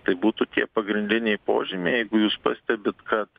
tai būtų tie pagrindiniai požymiai jeigu jūs pastebit kad